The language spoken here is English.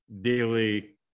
daily